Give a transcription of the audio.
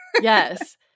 Yes